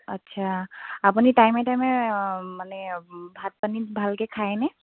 আচ্ছা আপুনি টাইমে টাইমে মানে ভাত পানী ভালকে খায়নে